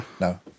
No